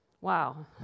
Wow